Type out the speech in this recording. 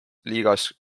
liigas